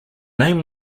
name